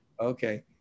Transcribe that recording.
Okay